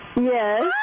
Yes